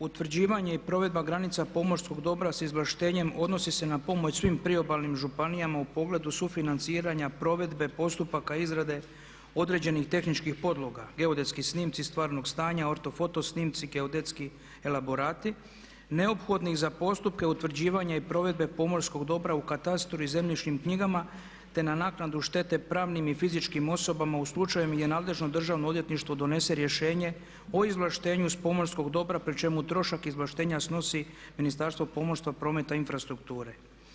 Utvrđivanje i provedba granica pomorskog dobra sa izvlaštenjem odnosi se na pomoć svim priobalnim županijama u pogledu sufinanciranja provedbe postupaka izrade određenih tehničkih podloga, geodetski snimci stvarnog stanja, ortofoto snimci, geodetski elaborati neophodnih za postupke utvrđivanja i provedbe pomorskog dobra u katastru i zemljišnim knjigama te na naknadu štete pravnim i fizičkim osobama u slučaju gdje nadležno državno odvjetništvo donese rješenje o izvlaštenju iz pomorskog dobra pri čemu trošak izvlaštenja snosi Ministarstvo pomorstva, prometa i infrastrukture.